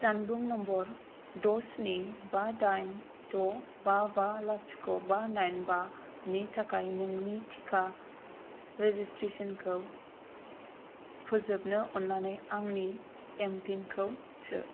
जानबुं नम्बर द' स्नि बा दाइन द' बा बा लाथिख' बा नाइन बानि थाखाय नोंनि टिका रेजिस्ट्रेसनखौ फोजोबनो अन्नानै आंनि एम पिनखौ सो